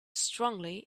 strongly